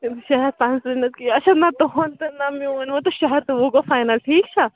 شےٚ ہَتھ پانٛژھ تٕرٛہ نہٕ حظ اَچھا نَہ تُہُنٛد تہٕ نَہ میون شےٚ ہَتھ تہٕ وُہ گوٚو فاینَل ٹھیٖک چھا